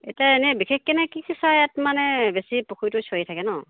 এতিয়া এনেই বিশেষ কেনে কি কি চৰাই ইয়াত মানে বেছি পুখুৰীটো চৰি থাকে ন